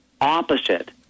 opposite